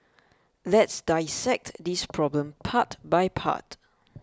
let's dissect this problem part by part